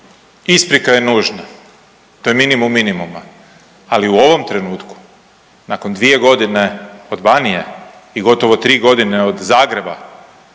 Isprika je nužna. To je minimum minimuma, ali u ovom trenutku nakon 2 godine od Banije i gotovo 3 godine od Zagreba